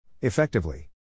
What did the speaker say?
Effectively